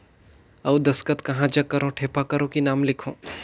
अउ दस्खत कहा जग करो ठेपा करो कि नाम लिखो?